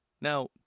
Now